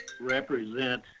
represent